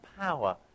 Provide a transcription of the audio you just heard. power